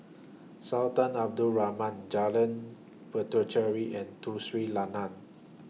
Sultan Abdul Rahman Jalan Puthucheary and Tun Sri Lanang